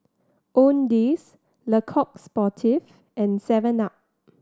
Owndays Le Coq Sportif and seven Up